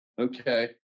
okay